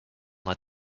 let